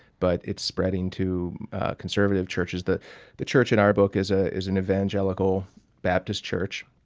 but it's spreading to conservative churches the the church in our book is ah is an evangelical baptist church.